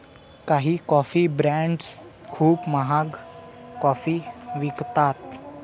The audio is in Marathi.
काही कॉफी ब्रँड्स खूप महाग कॉफी विकतात